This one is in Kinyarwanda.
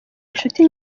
inshuti